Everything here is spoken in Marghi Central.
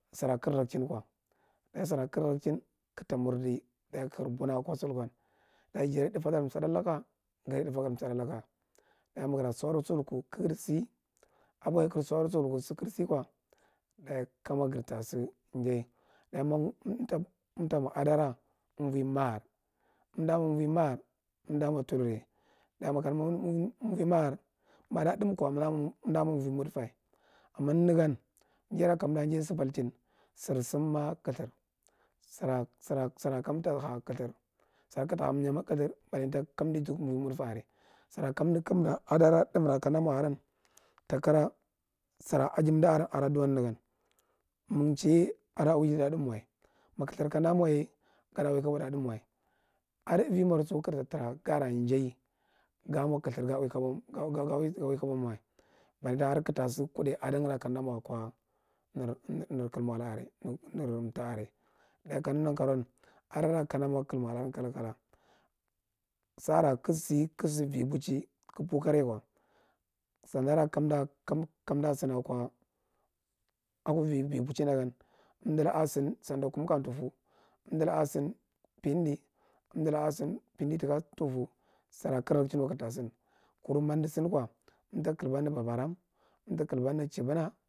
Sira kagu rachim ko, days sira kagu rachin kata mirdi dayu kagre bun a ko sulkon, daye jarye thufedar suɗɗaal laka ggreye thupe gre suudhallaka daye magre lasour sulku ka agresi ko kama gretasi jay daye umtamo adara umvoy makir unda ma umvay maker umda motulurye daye nakane, ma unvoy mar, matha thumko umdamo uml modfe, umma nengan jara kada jay sipalehi, sisunma kuthurh sira sira kantaha kuthur, sira kanta hayama kuthur, balanta kandi jum uvoy modfe are sira komdi kumda adora thumhra kanda mo are takara sira gi umda aron adadaduwa nenega, mage chiye ada uwisira thu’mwa ma khhur kanda moye gada uwi tha kabora thumwa dali uvi madiso kaga tatra galajay ga mo kuthu gagamoga uwi kobonnah balanta her kaga tasi kuddai adamra kanda mo ako nar klamola are nerti are daye ka nege nenkaroun adara kunda moko klamola kakane, sara kasi kagasive buchi kaga pur kare ko, sanda ra kamtasina ko akovi buchi ɗagan unclulka asin sanda kukmyanlufe, indulaka sanda pendi umddullaka one sin sanda pendi tikatufe sira karachi, kuru ma umdu sin ko, umta klbane babarom, umtaklba nne chibuna.